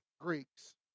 Greeks